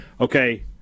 okay